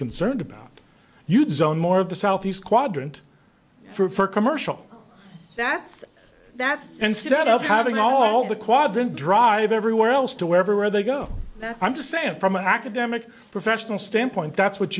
concerned about you'd zone more of the southeast quadrant for commercial that's that's instead of having all the quadrant drive everywhere else to wherever they go i'm just saying from an academic professional standpoint that's what